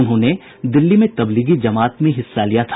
उन्होंने दिल्ली में तबलीगी जमात में हिस्सा लिया था